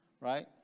Right